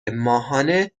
ماهانه